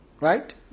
Right